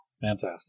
Fantastic